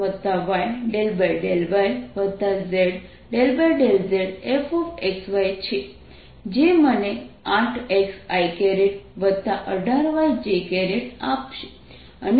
જે મને 8xi18yj આપશે અને આ કોન્ટૂરને લંબરૂપ હશે